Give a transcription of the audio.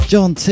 John